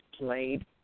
played